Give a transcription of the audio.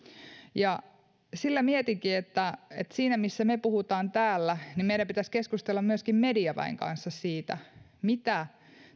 sillä mietinkin että siinä missä me puhumme täällä meidän pitäisi keskustella myöskin mediaväen kanssa siitä mitä